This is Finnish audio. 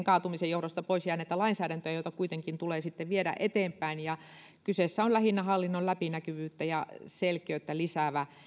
kaatumisen johdosta poisjääneitä lainsäädäntöjä joita kuitenkin tulee viedä eteenpäin kyseessä on lähinnä hallinnon läpinäkyvyyttä ja selkeyttä lisäävä